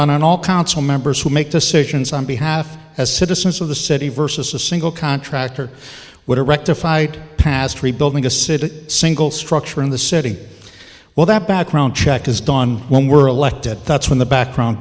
done on all council members who make decisions on behalf as citizens of the city versus a single contractor would rectify past rebuilding a city single structure in the city well that background check is done when we're elected that's when the background